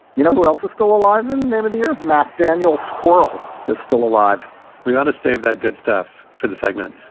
you know who else is still alive in them in the air mass? daniel squirrel is still alive we want to save that. good stuff for the segment.